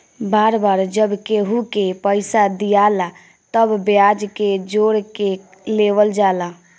बार बार जब केहू के पइसा दियाला तब ब्याज के जोड़ के लेवल जाला